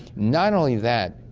not only that,